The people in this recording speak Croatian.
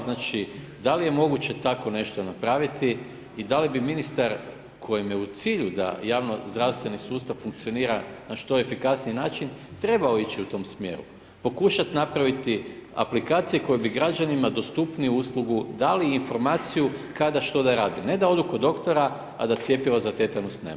Znači, da li je moguće tako nešto napraviti i da li bi ministar kojem je u cilju da javno zdravstveni sustav funkcionira na što efikasniji način, trebao ići u tom smjeru, pokušat napraviti aplikacije koje bi građanima dostupniju uslugu dali informaciju kada što da rade, ne da odu kod doktora, a da cjepivo za tetanus nema.